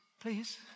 please